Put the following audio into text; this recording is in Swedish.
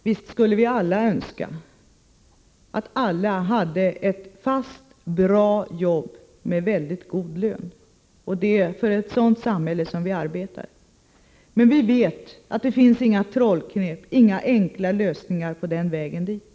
Visst skulle vi alla önska att alla hade ett fast bra jobb med väldigt god lön, det är för ett sådant samhälle vi arbetar. Men vi vet att det inte finns några trollknep, inga enkla lösningar på vägen dit.